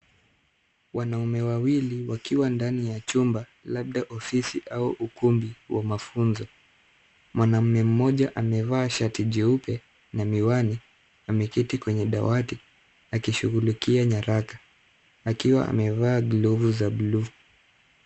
Wanaume wawili wakiwa ndani ya chumba, labda ofisi au ukumbi wa mafunzo. Mwanaume mmoja amevaa shati jeupe na miwani ameketi kwenye dawati akishughulikia nyaraka, akiwa amevaa glovu za buluu.